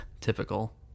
typical